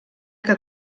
que